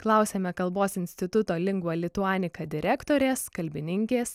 klausiame kalbos instituto lingua lituanika direktorės kalbininkės